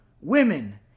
women